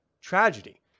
tragedy